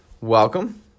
welcome